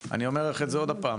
אני אומר לך את זה עוד פעם,